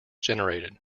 generated